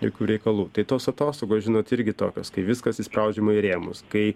jokių reikalų tai tos atostogos žinot irgi tokios kai viskas įspraudžiama į rėmus kai